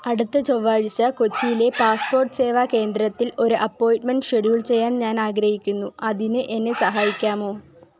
അടുത്ത ചൊവ്വാഴ്ച്ച കൊച്ചിയിലെ പാസ്പോർട്ട് സേവാ കേന്ദ്രത്തിൽ ഒരു അപ്പോയിൻറ്മെൻറ് ഷെഡ്യൂൾ ചെയ്യാൻ ഞാൻ ആഗ്രഹിക്കുന്നു അതിന് എന്നെ സഹായിക്കാമോ